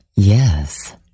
Yes